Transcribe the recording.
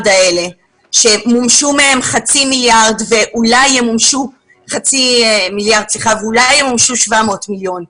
השקלים האלה שמומשו מהם חצי מיליארד ואולי ימומשו 700 מיליון.